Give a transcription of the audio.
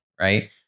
right